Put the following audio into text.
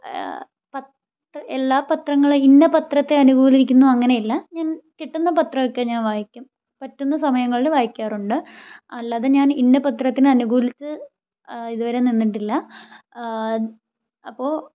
പത്ത് എല്ലാ പത്രങ്ങൾ ഇന്ന പത്രങ്ങളെ അനുകൂലിക്കുന്നു അങ്ങനെയില്ല ഞാൻ കിട്ടുന്ന പത്രമൊക്കെ ഞാൻ വായിക്കും പറ്റുന്ന സമയങ്ങളിൽ വായിക്കാറുണ്ട് അല്ലാതെ ഞാൻ ഇന്ന പത്രത്തിനെ അനുകൂലിച്ച് ഇത് വരെ നിന്നിട്ടില്ല